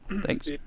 Thanks